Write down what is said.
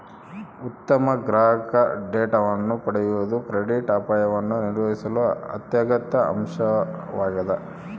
ಉತ್ತಮ ಗ್ರಾಹಕ ಡೇಟಾವನ್ನು ಪಡೆಯುವುದು ಕ್ರೆಡಿಟ್ ಅಪಾಯವನ್ನು ನಿರ್ವಹಿಸಲು ಅತ್ಯಗತ್ಯ ಅಂಶವಾಗ್ಯದ